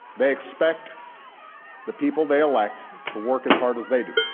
they expect the people they elect to work as hard as they do.